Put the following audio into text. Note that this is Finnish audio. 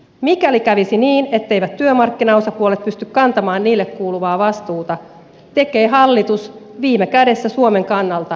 mikäli kävisi niin etteivät työmarkkinaosapuolet pysty kantamaan niille kuuluvaa vastuuta tekee hallitus viime kädessä suomen kannalta välttämättömät päätökset